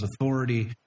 authority